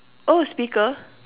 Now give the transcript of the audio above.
oh speaker